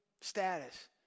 status